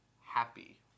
Happy